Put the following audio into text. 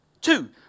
Two